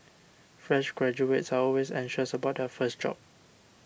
fresh graduates are always anxious about their first job